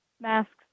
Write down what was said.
masks